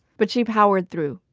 but she powered through.